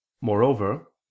Moreover